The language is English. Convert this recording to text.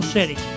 City